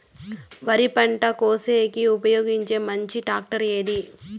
వరి పంట కోసేకి ఉపయోగించే మంచి టాక్టర్ ఏది?